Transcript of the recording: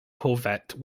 corvette